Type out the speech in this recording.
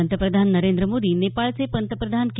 पंतप्रधान नरेंद्र मोदी नेपाळचे पंतप्रधान के